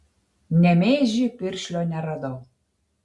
nemėžy piršlio neradau